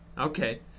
Okay